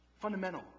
fundamental